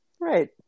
right